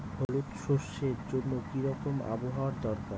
হলুদ সরষে জন্য কি রকম আবহাওয়ার দরকার?